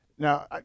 Now